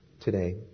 today